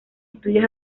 estudios